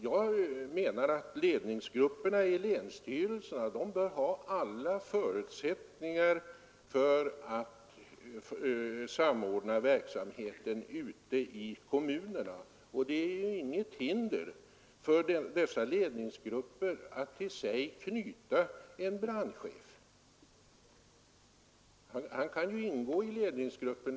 Jag menar att ledningsgrupperna i länsstyrelserna bör ha alla förutsättningar att samordna verksamheten ute i kommunerna; det föreligger inget hinder att till sig knyta en brandchef som får ingå i ledningsgruppen.